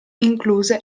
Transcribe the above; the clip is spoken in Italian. incluse